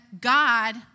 God